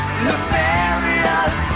nefarious